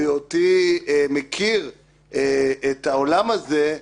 בהיותי מכיר את העולם הזה,